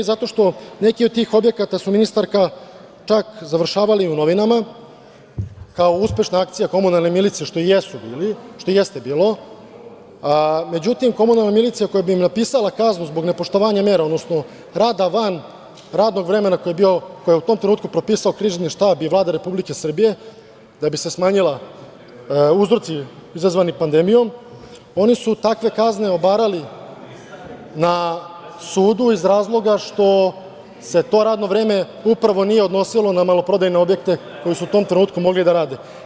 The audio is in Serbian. Zato što neki od tih objekata su, ministarka, čak završavali u novinama, kao uspešna akcija komunalne milicije, što i jeste bilo, međutim komunalna milicija koja bi im napisala kaznu zbog nepoštovanja mera, odnosno rada van radnog vremena koje je u tom trenutku Krizni štab i Vlada Republike Srbije, da bi se smanjili uzroci izazvani pandemijom, oni su takve kazne obarali na sudu iz razloga što se to radno vreme upravo nije odnosilo na maloprodajne objekte koji su u tom trenutku mogli da rade.